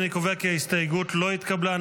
אני קובע כי ההסתייגות לא התקבלה.